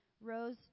rose